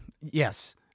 Yes